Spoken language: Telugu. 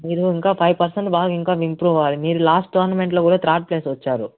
మీరు ఇంకా ఫైవ్ పర్సెంట్ బాగా ఇంకా ఇంప్రూవ్ అవ్వాలి మీరు లాస్ట్ టోర్నమెంట్లో కూడా థర్డ్ ప్లేస్ వచ్చారు